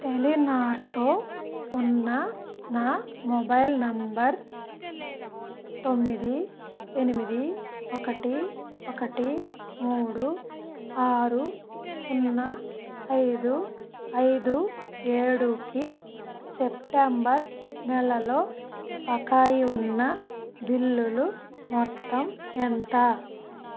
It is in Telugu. టెలినార్తో ఉన్న నా మొబైల్ నెంబర్ తొమ్మిది ఎనిమిది ఒకటి ఒకటి మూడు ఆరు సున్నా ఐదు ఐదు ఏడుకి సెప్టెంబర్ నెలలో బకాయి ఉన్న బిల్లులు మొత్తం ఎంత